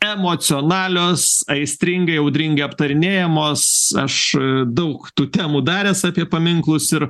emocionalios aistringai audringai aptarinėjamos aš daug tų temų daręs apie paminklus ir